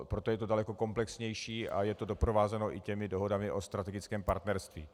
Proto je to daleko komplexnější a je to doprovázeno i těmi dohodami o strategickém partnerství.